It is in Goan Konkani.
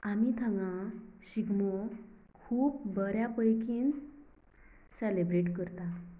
आमी हागां शिगमो खूब बऱ्या पैकिन सेलिब्रेट करतात